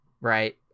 right